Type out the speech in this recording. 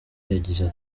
yagize